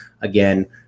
Again